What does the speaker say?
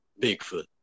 Bigfoot